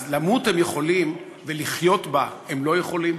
אז למות הם יכולים, ולחיות בה הם לא יכולים?